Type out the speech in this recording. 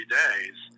days